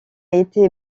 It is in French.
été